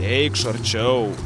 eikš arčiau